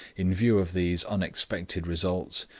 in view of these unexpected results,